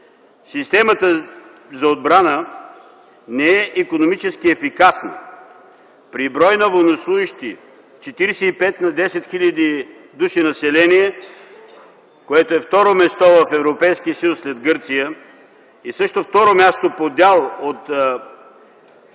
Системата за отбрана не е икономически ефикасна. При брой на военнослужещи 45 на 10 хил. души население, което е второ място в Европейския съюз след Гърция, също така второ място по дял от